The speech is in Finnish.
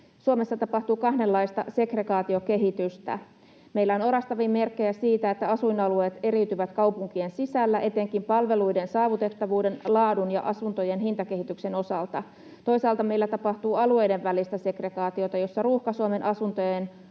Suomessa tapahtuu kahdenlaista segregaatiokehitystä. Meillä on orastavia merkkejä siitä, että asuinalueet eriytyvät kaupunkien sisällä etenkin palveluiden saavutettavuuden ja laadun ja asuntojen hintakehityksen osalta. Toisaalta meillä tapahtuu alueiden välistä segregaatiota, jossa Ruuhka-Suomen asuntojen